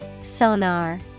Sonar